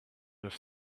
have